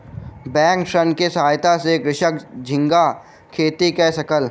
bank ऋण के सहायता सॅ कृषक झींगा खेती कय सकल